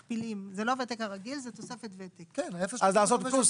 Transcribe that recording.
שמועסק 5 ימים בשבוע (באחוזים/שקלים חדשים) ערך שעה לעובד